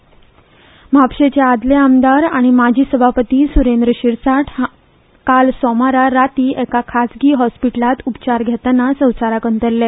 शिरसाट निधन म्हपाशाचे आदलें आमदार आनी माजी सभापती सुरेंद्र शिरसाट काल सोमारा राती एका खासगी हॉस्पिटलात उपचार घेतना संवसाराक अंतरले